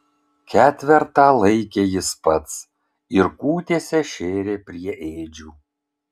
ketvertą laikė jis pats ir kūtėse šėrė prie ėdžių